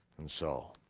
and so,